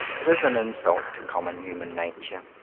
it is an insult to common human nature,